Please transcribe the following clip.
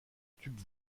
tube